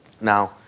Now